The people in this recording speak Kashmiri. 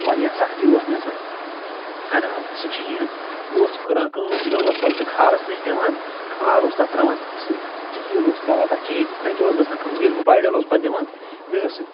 واریاہ سَختی ٲس مےٚ سۄ اَنان سۄ چین وۄنۍ اوسُس بہٕ کران کٲم مےٚ ٲس پَتہٕ سۄ کھارَس نِش نِوان کھار اوس تَتھ ترٛاوان سُہ تیٖل اوس ترٛاوان تَتھ چینہِ مےٚ کیاہ ٲس گژھان کٲم ییٚلہِ بہٕ پایڈَل اوس پَتھ دِوان مےٚ ٲسۍ سُہ